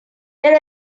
there